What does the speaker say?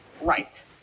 Right